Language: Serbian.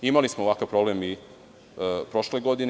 Imali smo ovakav problem i prošle godine.